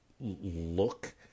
look